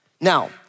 Now